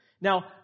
Now